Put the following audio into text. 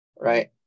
right